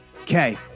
Okay